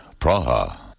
Praha